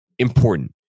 important